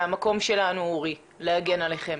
להגן עליכם.